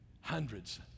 Hundreds